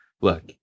look